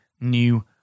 new